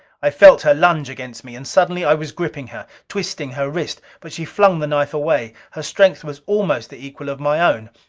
i felt her lunge against me. and suddenly i was gripping her, twisting her wrist. but she flung the knife away. her strength was almost the equal of my own.